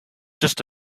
just